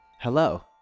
Hello